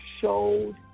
showed